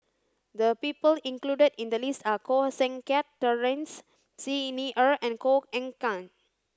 the people included in the list are Koh Seng Kiat Terence Xi Ni Er and Koh Eng Kian